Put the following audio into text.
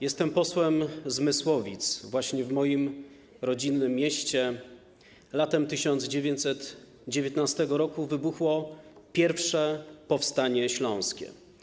Jestem posłem z Mysłowic, właśnie w moim rodzinnym mieście latem 1919 r. wybuchło I powstanie śląskie.